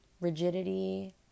Rigidity